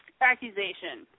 accusation